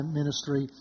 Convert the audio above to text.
ministry